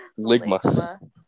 ligma